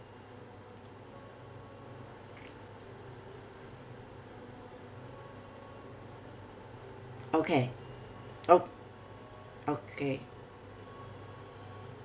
okay o~ okay